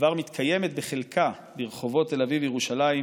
שכבר מתקיימת בחלקה ברחובות תל אביב וירושלים,